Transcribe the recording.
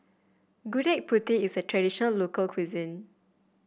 Gudeg Putih is a traditional local cuisine